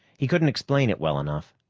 he couldn't explain it well enough.